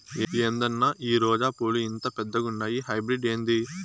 ఏందన్నా ఈ రోజా పూలు ఇంత పెద్దగుండాయి హైబ్రిడ్ ఏంది